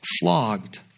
flogged